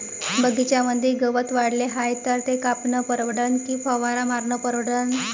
बगीच्यामंदी गवत वाढले हाये तर ते कापनं परवडन की फवारा मारनं परवडन?